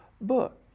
book